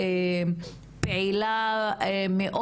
עודה פעילה מאוד,